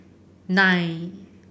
nine